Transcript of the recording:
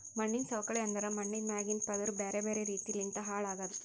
ಮಣ್ಣಿನ ಸವಕಳಿ ಅಂದುರ್ ಮಣ್ಣಿಂದ್ ಮ್ಯಾಗಿಂದ್ ಪದುರ್ ಬ್ಯಾರೆ ಬ್ಯಾರೆ ರೀತಿ ಲಿಂತ್ ಹಾಳ್ ಆಗದ್